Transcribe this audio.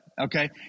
okay